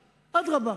אדרבה,